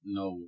no